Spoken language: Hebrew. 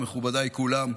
מכובדיי כולם,